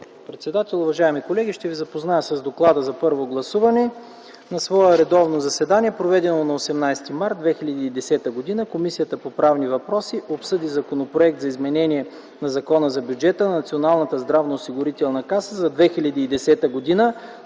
председател. Уважаеми колеги, ще ви запозная с: „ДОКЛАД за първо гласуване На свое редовно заседание, проведено на 18 март 2010 г., Комисията по правни въпроси обсъди Законопроект за изменение на Закона за бюджета на Националната здравноосигурителна каса за 2010 г.,